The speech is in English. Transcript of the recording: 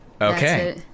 okay